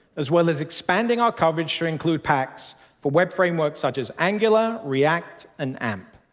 as well as expanding our coverage to include packs for web frameworks such as angular, react, and amp.